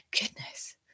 goodness